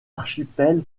archipel